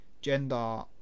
gender